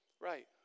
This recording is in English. Right